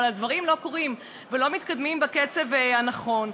אבל הדברים לא קורים ולא מתקדמים בקצב הנכון.